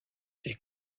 est